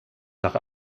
nach